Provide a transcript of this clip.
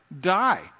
die